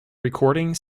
recording